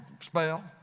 Spell